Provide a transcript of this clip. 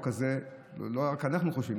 ולא רק אנחנו חושבים,